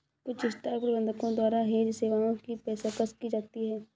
कुछ स्टॉक प्रबंधकों द्वारा हेज सेवाओं की पेशकश की जाती हैं